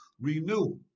renew